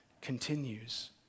continues